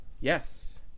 yes